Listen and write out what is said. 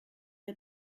der